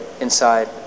inside